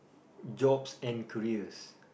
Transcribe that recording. jobs and careers